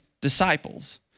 disciples